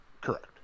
Correct